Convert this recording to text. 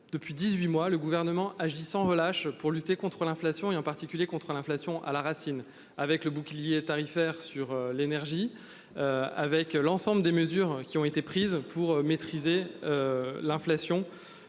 depuis 18 mois le gouvernement agissant relâche pour lutter contre l'inflation et en particulier contre l'inflation à la racine, avec le bouclier tarifaire sur l'énergie. Avec l'ensemble des mesures qui ont été prises pour maîtriser. L'inflation